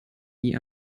nie